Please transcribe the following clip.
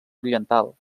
oriental